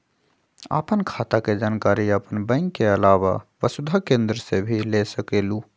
आपन खाता के जानकारी आपन बैंक के आलावा वसुधा केन्द्र से भी ले सकेलु?